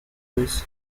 louis